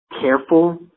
careful